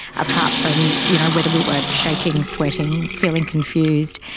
apart from you know whether we were shaking, sweating, feeling confused.